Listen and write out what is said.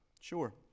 sure